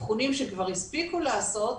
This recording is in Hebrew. אבחונים שכבר הספיקו לעשות,